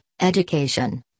education